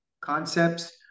concepts